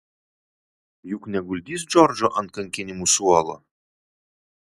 juk neguldys džordžo ant kankinimų suolo